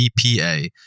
EPA